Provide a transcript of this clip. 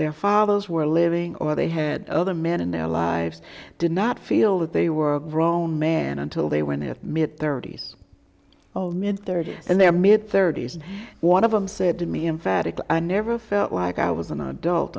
their fathers were living or they had other men in their lives did not feel that they were grown man until they were in their mid thirty's or mid thirty's and their mid thirty's and one of them said to me emphatically i never felt like i was an adult